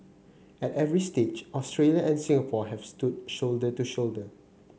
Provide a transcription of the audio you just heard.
at every stage Australia and Singapore have stood shoulder to shoulder